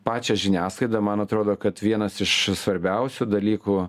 pačią žiniasklaidą man atrodo kad vienas iš svarbiausių dalykų